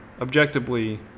Objectively